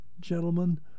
gentlemen